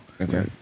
Okay